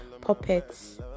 puppets